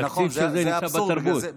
התקציב שלהם נמצא בתרבות.